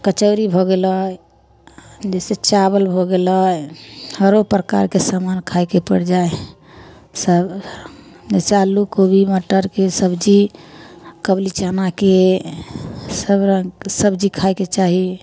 कचौड़ी भऽ गेलै जइसे चावल भऽ गेलै हरेक प्रकारके समान खाइके पड़ि जाइ हइ सब जइसे आलू कोबी मटरके सब्जी कबुली चनाके सब रङ्गके सब्जी खाइके चाही